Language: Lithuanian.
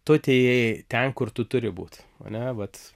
tu atėjai ten kur tu turi būt ane vat